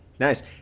Nice